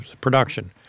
production